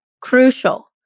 crucial